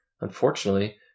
unfortunately